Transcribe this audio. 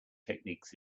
techniques